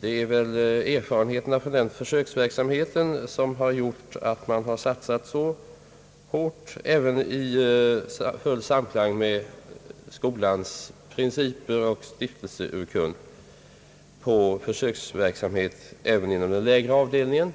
det är väl erfarenheterna från den som har gjort att man — i full samklang med skolans principer och stiftelseurkund — har satsat så hårt på försöksverksamhet även inom den lägre avdelningen.